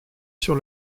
sur